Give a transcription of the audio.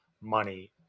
money